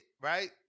right